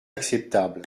acceptable